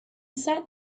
sat